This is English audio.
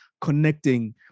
connecting